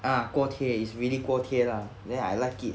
ah 锅贴 is really 锅贴 lah then I like it